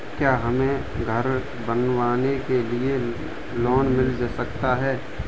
क्या हमें घर बनवाने के लिए लोन मिल सकता है?